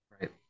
Right